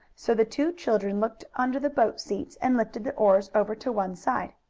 so the two children looked under the boat seats and lifted the oars over to one side.